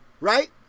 Right